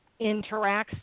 interacts